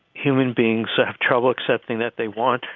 human beings have trouble accepting that they want.